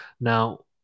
Now